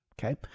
Okay